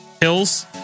hills